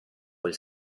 quel